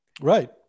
Right